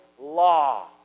law